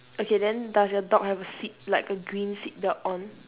okay then does your dog have a seat like a green seat belt on